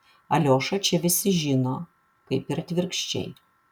aliošą čia visi žino kaip ir atvirkščiai